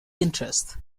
interest